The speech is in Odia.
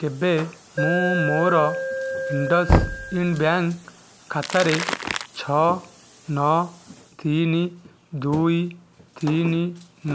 କେବେ ମୁଁ ମୋର ଇଣ୍ଡସ୍ଇଣ୍ଡ ବ୍ୟାଙ୍କ୍ ଖାତାରେ ଛଅ ନଅ ତିନି ଦୁଇ ତିନି